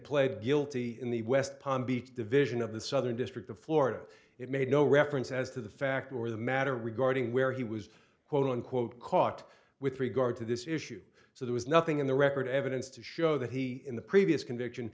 pled guilty in the west palm beach division of the southern district of florida it made no reference as to the fact or the matter regarding where he was quote unquote caught with regard to this issue so there was nothing in the record evidence to show that he in the previous conviction